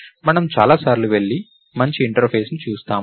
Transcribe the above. మనం చాలాసార్లు వెళ్లి మంచి ఇంటర్ఫేస్ని చూస్తాము